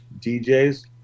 djs